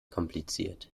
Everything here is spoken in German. kompliziert